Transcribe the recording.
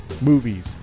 movies